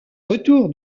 retour